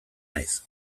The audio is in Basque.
naiz